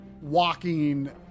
walking